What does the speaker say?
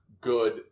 good